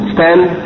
Stand